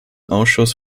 ausschuss